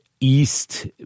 east